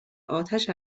آتش